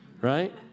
Right